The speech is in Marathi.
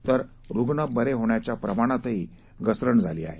तर रुग्ण बरे होण्याच्या प्रमाणातही घसरण झाली आहे